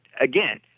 Again